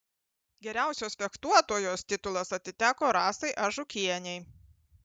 geriausios fechtuotojos titulas atiteko rasai ažukienei